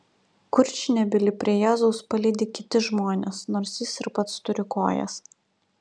kurčnebylį prie jėzaus palydi kiti žmonės nors jis ir pats turi kojas